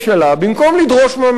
במקום לדרוש מהממשלה,